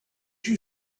you